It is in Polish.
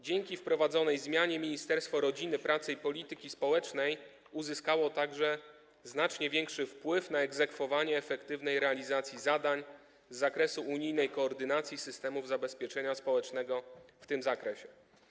Dzięki wprowadzonej zmianie Ministerstwo Rodziny, Pracy i Polityki Społecznej uzyskało także znacznie większy wpływ na egzekwowanie efektywnej realizacji zadań z zakresu unijnej koordynacji systemów zabezpieczenia społecznego w tym zakresie.